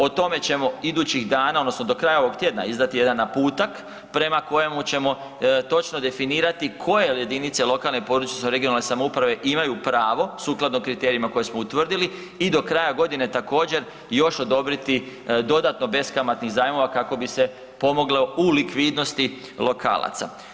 O tome ćemo idućih dana odnosno do kraja ovog tjedna izdati jedan naputak prema kojemu ćemo točno definirati koje jedinice lokalne područne odnosno regionalne samouprave imaju pravo sukladno kriterijima koje smo utvrdili i do kraja godine također još odobriti dodatno beskamatnih zajmova kako bi se pomoglo u likvidnosti lokalaca.